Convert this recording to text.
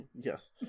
Yes